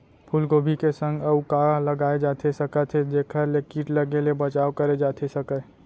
फूलगोभी के संग अऊ का लगाए जाथे सकत हे जेखर ले किट लगे ले बचाव करे जाथे सकय?